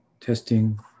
testing